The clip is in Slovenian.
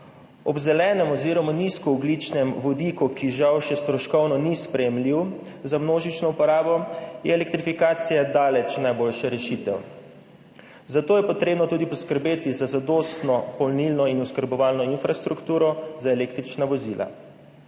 Ob zelenem oziroma nizkoogljičnem vodiku, ki žal še stroškovno ni sprejemljiv za množično uporabo, je elektrifikacija daleč najboljša rešitev, zato je treba poskrbeti tudi za zadostno polnilno in oskrbovalno infrastrukturo za električna vozila.